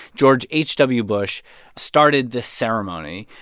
george h w. bush started the ceremony.